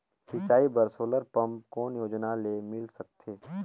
सिंचाई बर solar pump कौन योजना ले मिल सकथे?